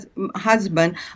husband